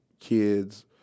kids